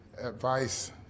advice